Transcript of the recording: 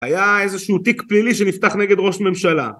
היה איזה שהוא תיק פלילי שנפתח נגד ראש ממשלה